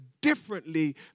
differently